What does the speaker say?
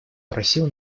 просил